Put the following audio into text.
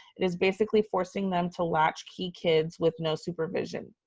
it is basically forcing them to latch key kids with no supervision.